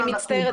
אני מצטערת.